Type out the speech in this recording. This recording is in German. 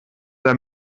der